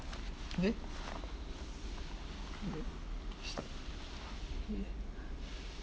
okay okay we start yeah